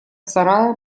сарая